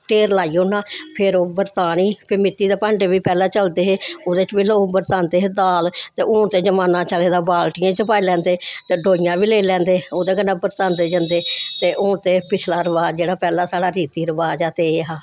ढेर लाई ओड़ना फिर ओह् बरतानी फ्ही मिट्टी दे भांडे बी पैह्लैं चलदे हे ओह्दे च बी लोग बरतांदे हे दाल ते हून ते जमाना चले दा बाल्टियें च पाई लैंदे ते डोइयां बी लेई लैंदे ओह्दे कन्नै बरतांदे जंदे ते हून ते पिछला रवाज़ जेह्ड़ा पैह्ला साढ़ा रीति रवाज़ हा ते एह् हा